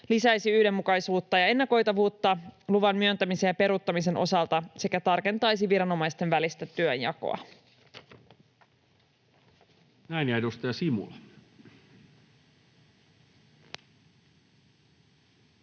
lisäisi yhdenmukaisuutta ja ennakoitavuutta luvan myöntämisen ja peruuttamisen osalta sekä tarkentaisi viranomaisten välistä työnjakoa. [Speech 142]